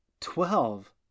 Twelve